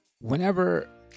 whenever